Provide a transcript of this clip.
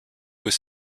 was